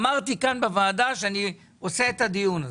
אמרתי בוועדה שאני עושה את הדיון הזה.